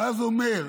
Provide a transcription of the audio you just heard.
ואז הוא אומר: